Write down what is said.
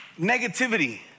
negativity